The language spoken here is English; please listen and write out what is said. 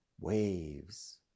waves